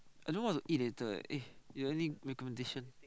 I don't know what to eat later eh eh you got any recommendation